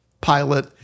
pilot